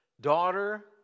Daughter